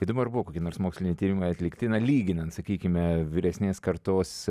įdomu ar buvo kokie nors moksliniai tyrimai atlikti lyginant sakykime vyresnės kartos